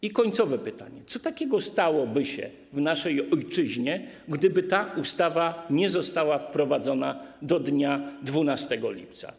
I końcowe pytanie: Co takiego stałoby się w naszej ojczyźnie, gdyby ta ustawa nie została wprowadzona do 12 lipca?